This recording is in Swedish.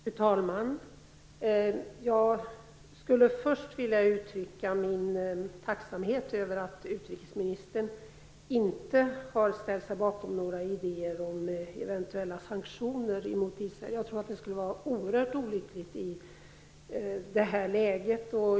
Fru talman! Jag vill först uttrycka min tacksamhet över att utrikesministern inte har ställt sig bakom några idéer om eventuella sanktioner mot israelerna. Det skulle vara oerhört olyckligt i det här läget.